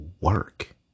work